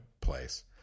Place